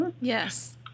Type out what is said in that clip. Yes